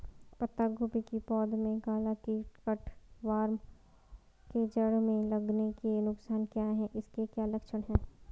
पत्ता गोभी की पौध में काला कीट कट वार्म के जड़ में लगने के नुकसान क्या हैं इसके क्या लक्षण हैं?